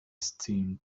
steam